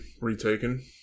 retaken